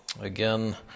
again